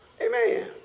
Amen